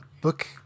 book